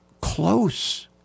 close